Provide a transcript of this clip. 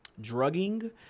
drugging